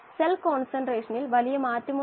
ഇവിടെ നിന്ന് ഇവിടെകാണു ട്രാൻസ്ഫർ കോ എഫിഷ്യന്റ്